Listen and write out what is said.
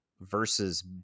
versus